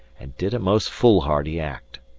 and did a most foolhardy act.